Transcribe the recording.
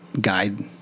guide